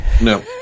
No